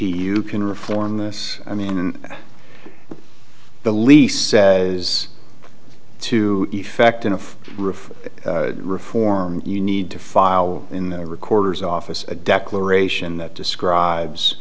you can reform this i mean the lease says to effect in a roof reform you need to file in the recorder's office a declaration that describes